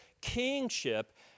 kingship